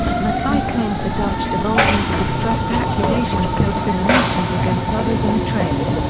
mackay claims the dutch devolved into distressed accusations and recriminations against others in the trade.